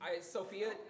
Sophia